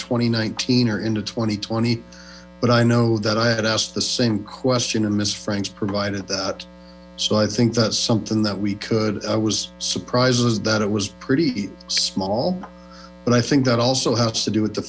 twenty nineteen or into twenty twenty but i know that i had asked the same question and miss franks provided that so i think that's something that we could i was surprised that it was pretty small but i think that also has to do with the